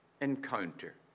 encounter